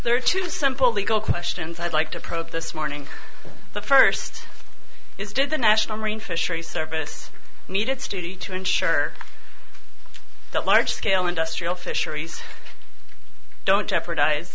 there are two simple legal questions i'd like to probe this morning the first is did the national marine fisheries service needed study to ensure that large scale industrial fisheries don't jeopardize